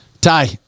Ty